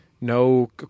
no